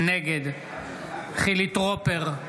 נגד חילי טרופר,